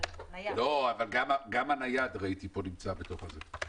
אבל ראיתי שגם הטלפון הנייד נמצא בתוך הסיפור.